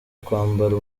kwambara